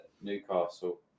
Newcastle